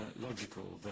logical